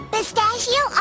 Pistachio